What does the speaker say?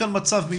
תמונת מצב,